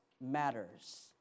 matters